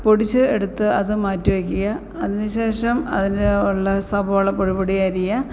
പൊടിച്ച് എടുത്ത് അത് മാറ്റി വയ്ക്കുക അതിനു ശേഷം അതിനുള്ള സവോള പൊടി പൊടി അരിയുക